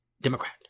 Democrat